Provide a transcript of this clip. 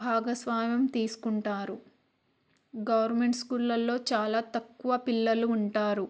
భాగస్వామ్యం తీసుకుంటారు గవర్నమెంట్ స్కూళ్ళల్లో చాలా తక్కువ పిల్లలు ఉంటారు